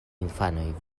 infanoj